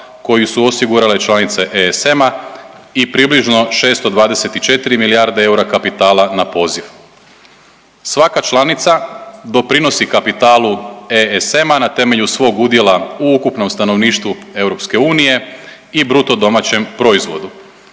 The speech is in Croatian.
koji su osigurale članice ESM-a i približno 624 milijarde eura kapitala na poziv. Svaka članica doprinosi kapitalu ESM-a na temelju svog udjela u ukupnom stanovništvu EU i BDP-u. U skladu